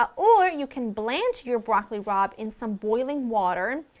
ah or you can blanch your broccoli rabe in some boiling water,